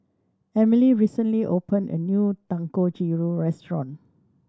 Emily recently opened a new Dangojiru restaurant